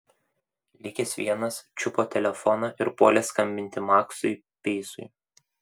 likęs vienas čiupo telefoną ir puolė skambinti maksui peisui